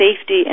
safety